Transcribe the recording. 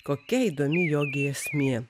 kokia įdomi jo giesmė